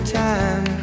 time